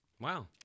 Wow